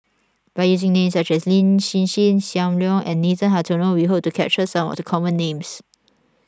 by using names such as Lin Hsin Hsin Sam Leong and Nathan Hartono we hope to capture some of the common names